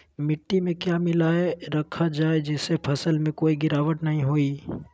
मिट्टी में क्या मिलाया रखा जाए जिससे फसल में कोई गिरावट नहीं होई?